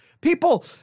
People